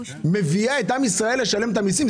מביאה את עם ישראל לשלם את המיסים.